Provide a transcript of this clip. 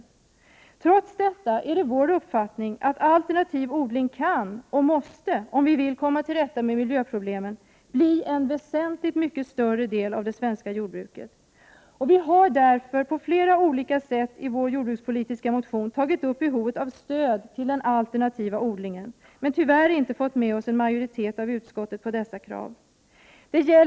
Trots detta är det vår uppfattning att en alternativ odling kan och måste bli en väsentligt mycket större del av det svenska jordbruket om vi vill komma till rätta med miljöproblemen. Vi i vpk har därför i vår jordbrukspolitiska motion tagit upp behovet av ett stöd till den alternativa odlingen, men vi har tyvärr inte fått med oss en majoritet av utskottets ledamöter bakom dessa krav.